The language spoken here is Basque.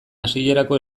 hasierako